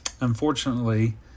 unfortunately